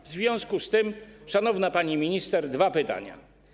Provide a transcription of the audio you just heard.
W związku z tym, szanowna pani minister, dwa pytania.